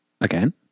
again